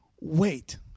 wait